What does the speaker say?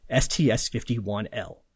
STS-51L